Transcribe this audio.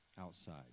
outside